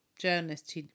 journalist